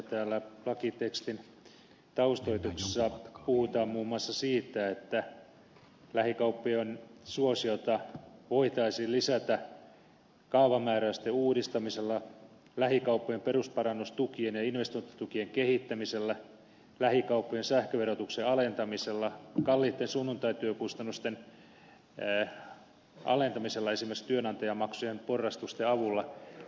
täällä lakitekstin taustoituksessa puhutaan muun muassa siitä että lähikauppojen suosiota voitaisiin lisätä kaavamääräysten uudistamisella lähikauppojen perusparannustukien ja investointitukien kehittämisellä lähikauppojen sähköverotuksen alentamisella kalliitten sunnuntaityökustannusten alentamisella esimerkiksi työnantajamaksujen porrastusten avulla